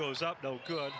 goes up no good